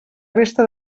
resta